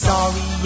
Sorry